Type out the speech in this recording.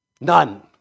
None